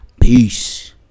Peace